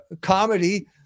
comedy